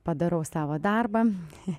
padarau savo darbą